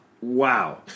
Wow